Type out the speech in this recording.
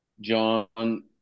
John